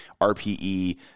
RPE